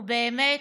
ובאמת,